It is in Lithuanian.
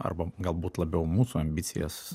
arba galbūt labiau mūsų ambicijas